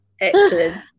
Excellent